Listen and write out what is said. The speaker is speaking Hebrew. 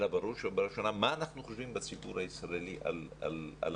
אלא בראש ובראשונה מה אנחנו חושבים בציבור הישראלי על המורים.